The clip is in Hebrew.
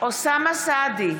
אוסאמה סעדי,